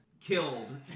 Killed